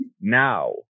now